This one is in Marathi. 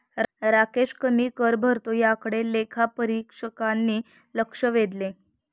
राकेश कमी कर भरतो याकडे लेखापरीक्षकांनी लक्ष वेधले